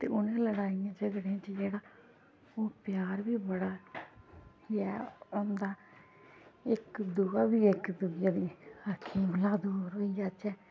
ते उ'नें लड़ाइयै झगड़ें च जेह्ड़ा ओह् प्यार बी बड़ा होंदा इक दूआ बी इक दूए दी अक्खी कोला दूर होई जाचै